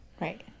Right